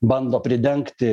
bando pridengti